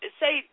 say